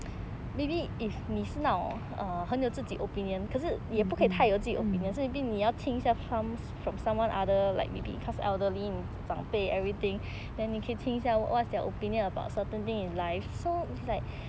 mm mm